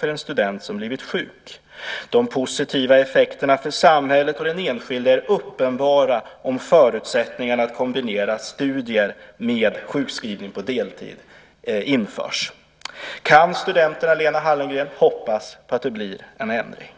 för en student som blivit sjuk att komma tillbaka. De positiva effekterna för samhället och den enskilde är uppenbara om förutsättningarna för att kombinera studier med sjukskrivning på deltid införs. Kan studenterna, Lena Hallengren, hoppas på att det blir en ändring?